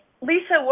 Lisa